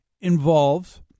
involves